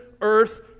earth